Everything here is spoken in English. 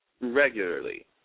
regularly